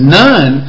none